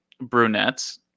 brunettes